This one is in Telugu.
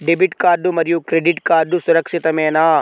డెబిట్ కార్డ్ మరియు క్రెడిట్ కార్డ్ సురక్షితమేనా?